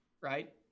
right